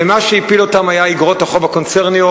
ומה שהפיל אותם היה איגרות החוב הקונצרניות,